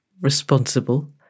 responsible